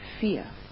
fear